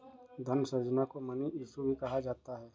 धन सृजन को मनी इश्यू भी कहा जाता है